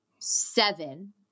seven